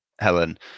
Helen